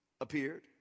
appeared